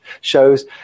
shows